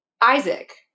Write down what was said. Isaac